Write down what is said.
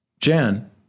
Jan